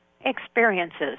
experiences